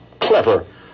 clever